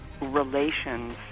relations